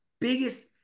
biggest